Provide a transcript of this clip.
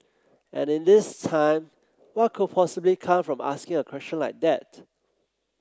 and in these times what could possibly come from asking a question like that